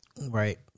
right